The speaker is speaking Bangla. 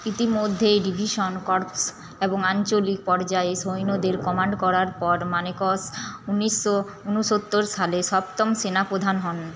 ইতিমধ্যেই ডিভিশন কর্পস এবং আঞ্চলিক পর্যায়ে সৈন্যদের কমান্ড করার পর মানেকশ ঊনিশো ঊনসত্তর সালে সপ্তম সেনাপ্রধান হন